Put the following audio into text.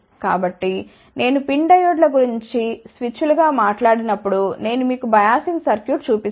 కాబట్టి నేను PIN డయోడ్ల గురించి స్విచ్లుగా మాట్లాడి నప్పుడు నేను మీకు బయాసింగ్ సర్క్యూట్ చూపిస్తాను